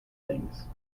things